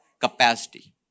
Capacity